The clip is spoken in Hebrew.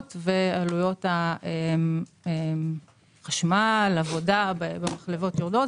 ועלויות החשמל והעבודה במחלבות עולות,